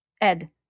Ed